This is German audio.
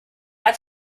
hat